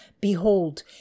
Behold